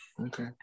Okay